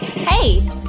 Hey